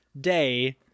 day